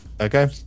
Okay